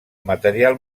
material